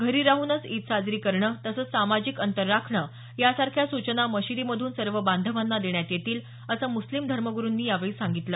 घरी राहनच ईद साजरी करणं तसंच सामाजिक अंतर राखणं यासारख्या सूचना मशिदिमधून सर्व बांधवांना देण्यात येतील असं मुस्लिम धर्मगुरुंनी यावेळी सांगितलं